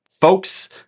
folks